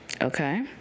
Okay